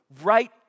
right